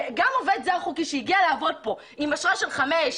גם עובד זר חוקי שהגיע לעבוד עם אשרה של חמש,